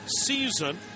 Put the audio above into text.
season